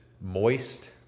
moist